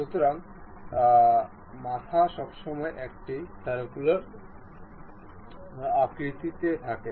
সুতরাং মাথা সবসময় একটি সার্কুলার আকৃতি তে থাকে